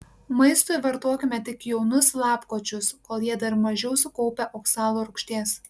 maistui vartokime tik jaunus lapkočius kol jie dar mažiau sukaupę oksalo rūgšties